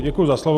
Děkuji za slovo.